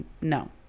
No